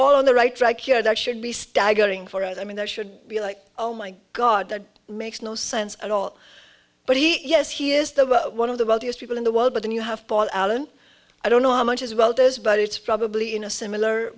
on the right track here that should be staggering for us i mean there should be like oh my god that makes no sense at all but he yes he is the one of the wealthiest people in the world but then you have paul allen i don't know how much as well it does but it's probably in a similar